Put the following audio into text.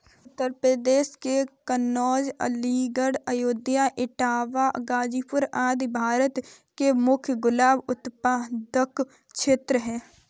उत्तर प्रदेश के कन्नोज, अलीगढ़, अयोध्या, इटावा, गाजीपुर आदि भारत के मुख्य गुलाब उत्पादक क्षेत्र हैं